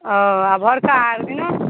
ओ आ भोरका अर्घ्य दिना